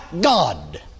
God